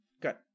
Good